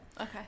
Okay